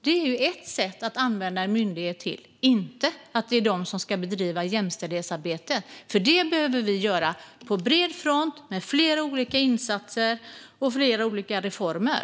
Det är ett sätt att använda en myndighet. Men det är inte de som ska bedriva jämställdhetsarbetet - det behöver vi göra på bred front med flera olika insatser och flera olika reformer.